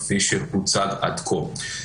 כפי שהוצג עד כה.